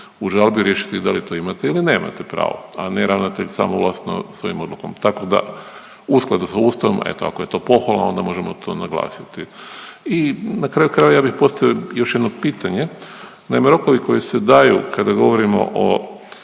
u žalbi riješiti da li to imate ili nemate pravo, a ne ravnatelj samovlasno svojom odlukom. Tako da u skladu sa Ustavom, eto ako je to pohvalno, onda možemo to naglasiti. I na kraju krajeva ja bih postavio još jedno pitanje. Naime, rokovi koji se daju kada govorimo o